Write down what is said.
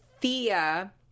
Thea